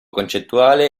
concettuale